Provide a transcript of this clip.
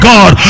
God